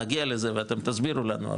נגיע לזה ואתם תסבירו לנו,